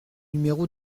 numéro